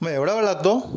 मग एवढा वेळ लागतो